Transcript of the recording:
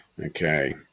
Okay